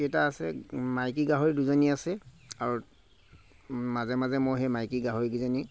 কেইটা আছে মাইকী গাহৰি দুজনী আছে আৰু মাজে মাজে মই সেই মাইকী গাহৰিকেইজনী